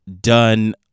done